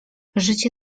życie